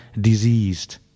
diseased